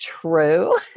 true